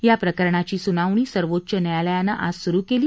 याप्रकरणाची सुनावणी सर्वोच्च न्यायालयानं आज सुरु केली